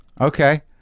Okay